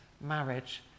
Marriage